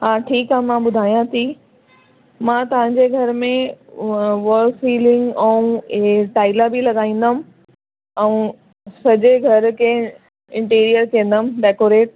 हा ठीकु आहे मां ॿुधायां थी मां तव्हांजे घर में वॉल सिलिंग ऐं ऐं टाइला बि लॻाईंदमि ऐं सॼे घर खे इंटीरियर चवंदमि डेकॉरेट